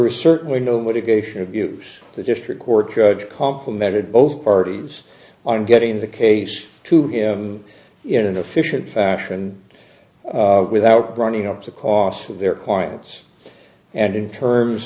was certainly no litigation abuse the district court judge complimented both parties on getting the case to him in an efficient fashion without running up the costs of their clients and in terms